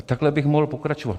A takhle bych mohl pokračovat.